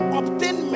obtain